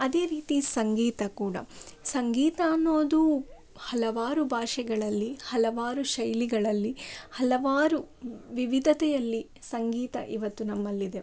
ಅದೇ ರೀತಿ ಸಂಗೀತ ಕೂಡ ಸಂಗೀತ ಅನ್ನೋದು ಹಲವಾರು ಭಾಷೆಗಳಲ್ಲಿ ಹಲವಾರು ಶೈಲಿಗಳಲ್ಲಿ ಹಲವಾರು ವಿವಿಧತೆಯಲ್ಲಿ ಸಂಗೀತ ಇವತ್ತು ನಮ್ಮಲ್ಲಿದೆ